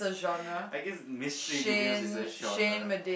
I guess mystery videos is a genre